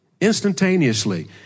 instantaneously